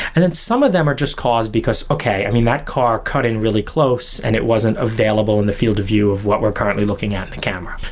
and then some of them are just caused, because okay, i mean, that car cutting really close and it wasn't available in the field of view of what we're currently looking at in the camera.